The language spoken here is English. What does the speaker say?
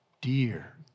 Dear